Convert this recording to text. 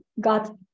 got